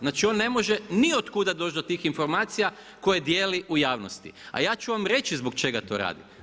Znači on ne može ni od kuda doći do tih informacija koje dijeli u javnosti, a ja ću vam reći zbog čega to radi?